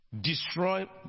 destroy